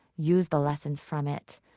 use the lessons from it,